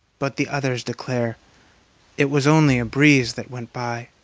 but the others declare it was only a breeze that went by.